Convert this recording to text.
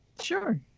sure